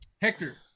Hector